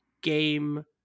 game